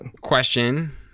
question